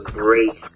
great